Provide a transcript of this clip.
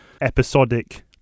episodic